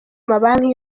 mabanki